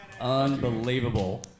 Unbelievable